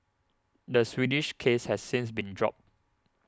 the Swedish case has since been dropped